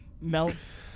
melts